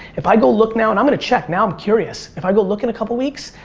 if i go look now, and i'm gonna check, now curious, if i go look in a couple weeks,